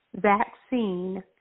vaccine